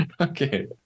Okay